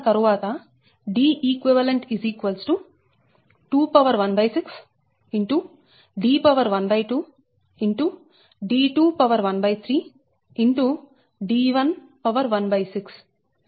16 ఇది 72 వ సమీకరణం